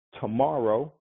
tomorrow